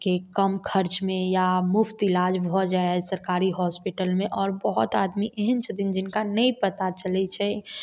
के कम खर्चमे या मुफ्त इलाज भऽ जाइ अहि सरकारी हॉस्पिटलमे आओर बहुत आदमी एहन छथिन जिनका नहि पता चलै छै